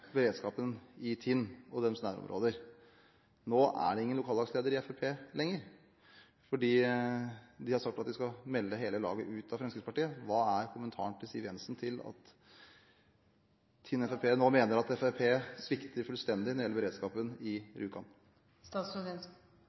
beredskapen i Tinn og deres nærområder. Nå er det ingen lokallagsleder i Fremskrittspartiet lenger, fordi de har sagt at de skal melde hele laget ut av Fremskrittspartiet. Hva er kommentaren til Siv Jensen til at Tinn Fremskrittsparti nå mener at Fremskrittspartiet svikter fullstendig når det gjelder beredskapen i